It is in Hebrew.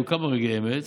היו כמה רגעי אמת,